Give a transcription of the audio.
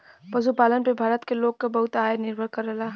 पशुपालन पे भारत के लोग क बहुते आय निर्भर करला